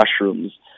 mushrooms